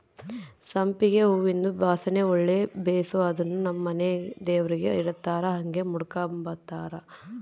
ಸಂಪಿಗೆ ಹೂವಿಂದು ವಾಸನೆ ಒಳ್ಳೆ ಬೇಸು ಅದುನ್ನು ನಮ್ ಮನೆಗ ದೇವರಿಗೆ ಇಡತ್ತಾರ ಹಂಗೆ ಮುಡುಕಂಬತಾರ